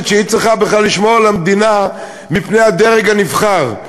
שהיא בכלל צריכה לשמור על המדינה מפני הדרג הנבחר.